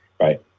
Right